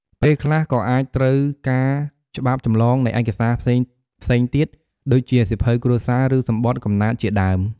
ពេលខ្លះក៏អាចត្រូវការច្បាប់ចម្លងនៃឯកសារផ្សេងៗទៀត ដូចជាសៀវភៅគ្រួសារ ឬសំបុត្រកំណើតជាដើម។